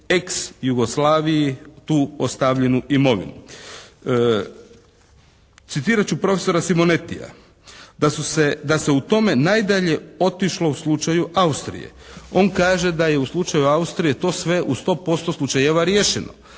ex Jugoslaviji tu ostavljenu imovinu. Citirat ću profesora Simonetija: "… da se u tome najdalje otišlo u slučaju Austrije." On kaže da je u slučaju Austrije to sve u 100% slučajeva riješeno.